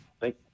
Thank